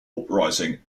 uprising